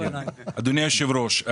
אדוני היושב-ראש,